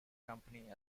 company